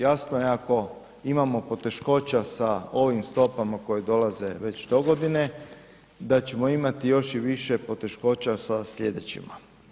Jasno je ako imamo poteškoća sa ovim stopama koje dolaze već dogodine, da ćemo imati još i više poteškoća sa slijedećima.